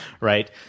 right